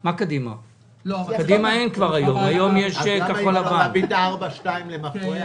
למה אי-אפשר להביא את ה-4% למפרע?